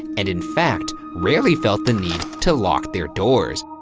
and in fact, rarely felt the need to lock their doors.